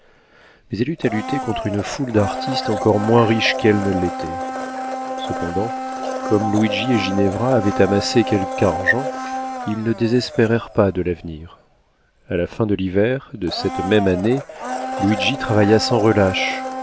mais elle eut à lutter contre une foule d'artistes encore moins riches qu'elle ne l'était cependant comme luigi et ginevra avaient amassé quelque argent ils ne désespérèrent pas de l'avenir a la fin de l'hiver de cette même année luigi travailla sans relâche